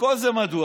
וכל זה מדוע?